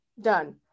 Done